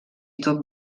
tot